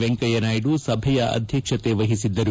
ವೆಂಕಯ್ಯನಾಯ್ದ ಸಭೆಯ ಅಧ್ಯಕ್ಷತೆ ವಹಿಸಿದ್ದರು